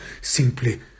simply